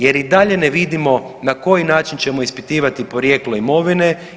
Jer i dalje ne vidimo na koji način ćemo ispitivati porijeklo imovine?